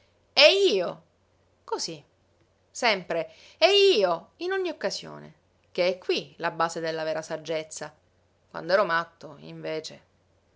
e io cosí sempre e io in ogni occasione che è qui la base della vera saggezza quand'ero matto invece